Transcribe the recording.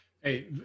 Hey